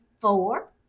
four